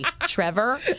Trevor